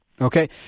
Okay